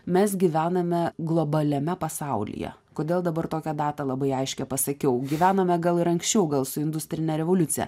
mes gyvename globaliame pasaulyje kodėl dabar tokią datą labai aiškią pasakiau gyvenome gal ir anksčiau gal su industrine revoliucija